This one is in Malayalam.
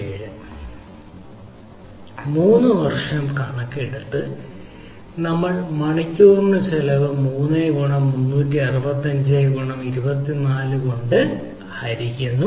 3 വർഷം കണക്കിലെടുത്ത് നമ്മൾക്ക് മണിക്കൂറിന് ചിലവ് 3 ഗുണം 365 ഗുണം 24 കൊണ്ട് ഹരിക്കുന്നു